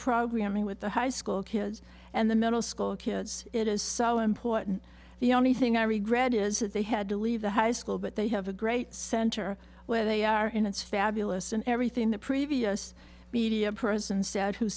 programming with the high school kids and the middle school kids it is so important the only thing i regret is that they had to leave the high school but they have a great center where they are in it's fabulous and everything the previous media person said who